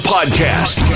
Podcast